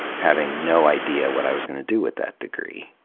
having no idea what i was gonna do with that degree.